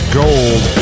gold